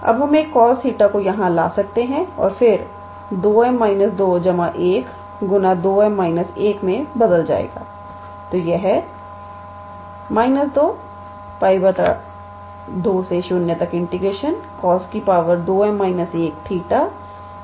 अब हम एक cosθ को यहां ला सकते है और फिर 2𝑚 2 1 2𝑚 1 मे बदल जाएगा